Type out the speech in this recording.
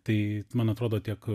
tai man atrodo tiek